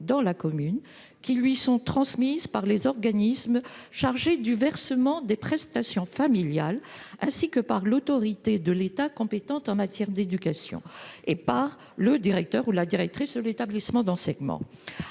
dans la commune, qui lui sont transmises par les organismes chargés du versement des prestations familiales, ainsi que par l'autorité de l'État compétente en matière d'éducation et par le directeur ou la directrice de l'établissement d'enseignement.